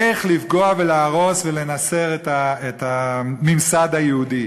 איך לפגוע ולהרוס ולנסר את הממסד היהודי.